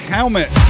Helmet